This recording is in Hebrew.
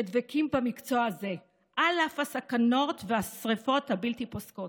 שדבקים במקצוע הזה על אף הסכנות והשרפות הבלתי-פוסקות.